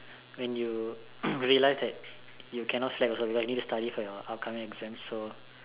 when you realise that you cannot slack also because you need to study for your upcoming exam so